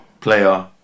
Player